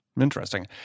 interesting